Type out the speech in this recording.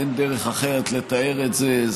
אין דרך אחרת לתאר את זה.